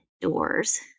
doors